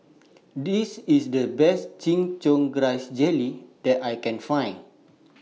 This IS The Best Chin Chow Grass Jelly that I Can Find